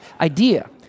Idea